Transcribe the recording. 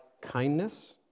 kindness